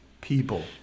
people